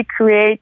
create